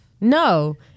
no